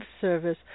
service